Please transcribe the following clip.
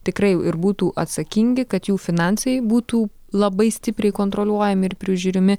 tikrai ir būtų atsakingi kad jų finansai būtų labai stipriai kontroliuojami ir prižiūrimi